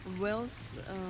wealth